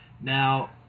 now